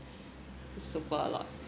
super a lot